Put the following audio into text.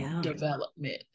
development